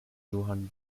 johann